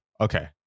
Okay